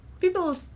People